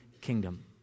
kingdom